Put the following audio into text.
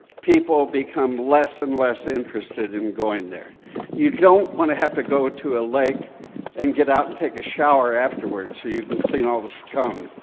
people become less and less interested in going you don't want to have to go to a lake and get out and take a shower afterwards so you can clean all the scum,